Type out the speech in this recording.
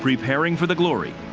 preparing for the glory,